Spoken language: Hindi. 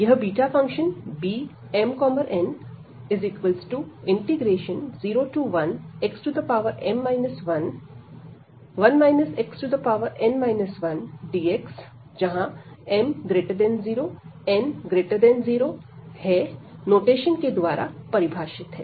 यह beta function Bmn01xm 11 xn 1dx जहां m0n0 नोटेशन के द्वारा परिभाषित है